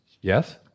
Yes